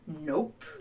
nope